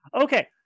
Okay